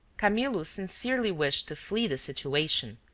camillo sincerely wished to flee the situation,